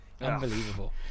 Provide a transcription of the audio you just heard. Unbelievable